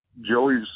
Joey's